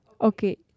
okay